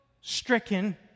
stricken